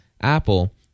Apple